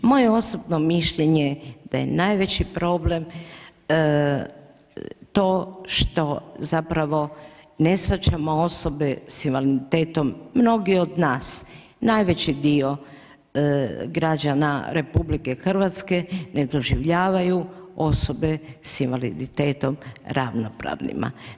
Moje osobno mišljenje da je najveći problem to što zapravo ne shvaćamo osobe s invaliditetom mnogi od nas najveći dio građana RH ne doživljavaju osobe s invaliditetom ravnopravnima.